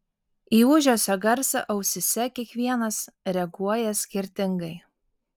į ūžesio garsą ausyse kiekvienas reaguoja skirtingai